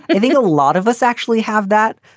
and think a lot of us actually have that,